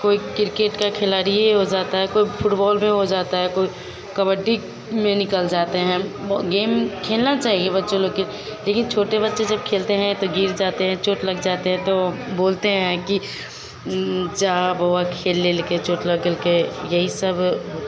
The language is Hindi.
कोई किरकेट का खिलाड़ी ही हो जाता है कोई फुटबॉल में हो जाता है कोई कबड्डी में निकल जाते हैं गेम खेलना चाहिए बच्चे लोग को लेकिन छोटे बच्चे जब खेलते हैं तो गिर जाते हैं चोंट लग जाती है तो बोलते हैं कि जा बबुआ खेल ले लेकर चोंट लगल के यही सब